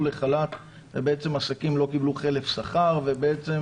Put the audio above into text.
לחל"ת ובעצם העסקים לא קיבלו חלף שכר ובצעם